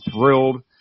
thrilled